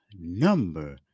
number